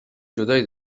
جدایی